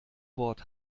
wort